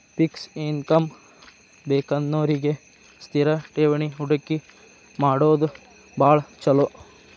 fix income ಬೇಕನ್ನೋರಿಗಿ ಸ್ಥಿರ ಠೇವಣಿ ಹೂಡಕಿ ಮಾಡೋದ್ ಭಾಳ್ ಚೊಲೋ